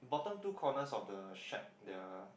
bottom two corners of the shed there are